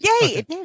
Yay